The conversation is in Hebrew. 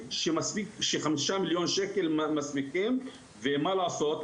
ש-5 מיליון שקל מספיקים אבל מה לעשות,